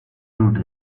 ruled